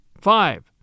five